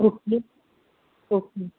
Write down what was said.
okay okay